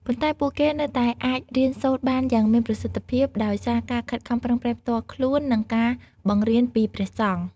ប៉ុន្តែពួកគេនៅតែអាចរៀនសូត្របានយ៉ាងមានប្រសិទ្ធភាពដោយសារការខិតខំប្រឹងប្រែងផ្ទាល់ខ្លួននិងការបង្រៀនពីព្រះសង្ឃ។